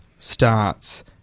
Starts